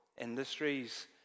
industries